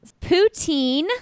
Poutine